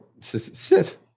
sit